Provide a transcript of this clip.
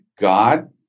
God